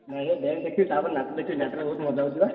ମୁଁ ଆଜ୍ଞା ଯେମିତି ଦେଖିବି ତା'ପରେ ନାଟ ଦେଖିବି ନାଟରେ ବହୁତ ମଜା ହେଉଛି ପା